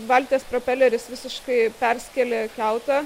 valties propeleris visiškai perskėlė kiautą